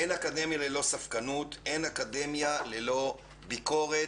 אין אקדמיה ללא ספקנות, אין אקדמיה ללא ביקורת,